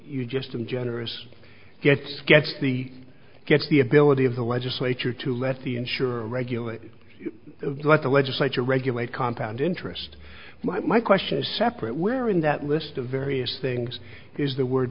you just to be generous yes gets the gets the ability of the legislature to let the insurer regulate let the legislature regulate compound interest my question is separate where in that list of various things is the word